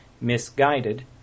Misguided